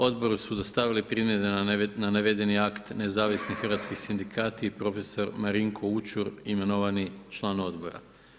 Odboru su dostavili primjedbe na navedeni akt Nezavisni hrvatski sindikati i prof. Marinko Učur, imenovani član Odbora.